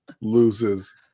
loses